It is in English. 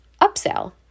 upsell